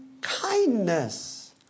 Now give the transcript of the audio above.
kindness